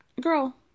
Girl